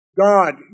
God